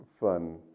fun